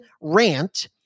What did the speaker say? rant